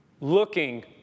Looking